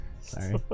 Sorry